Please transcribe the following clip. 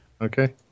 Okay